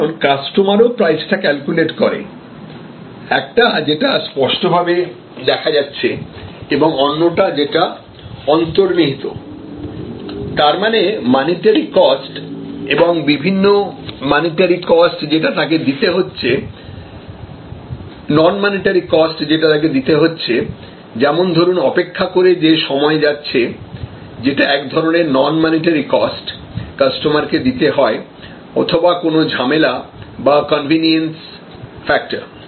কারণ কাস্টমার ও প্রাইসটা ক্যালকুলেট করে একটা যেটা স্পষ্টভাবে দেখা যাচ্ছে এবং অন্যটা যেটা অন্তর্নিহিত তারমানে মানিটারি কস্ট এবং বিভিন্ন নন মানিটারি কস্ট যেটা তাকে দিতে হচ্ছে যেমন ধরুন অপেক্ষা করে যে সময় যাচ্ছে যেটা এক ধরনের নন মানিটারি কস্ট কাস্টমারকে দিতে হয় অথবা কোন ঝামেলা বা কনভেনিয়েন্স ফ্যাক্টর